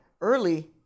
early